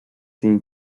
seen